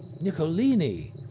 Nicolini